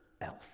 else